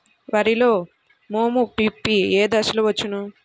వరిలో మోము పిప్పి ఏ దశలో వచ్చును?